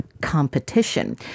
competition